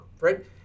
right